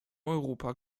europa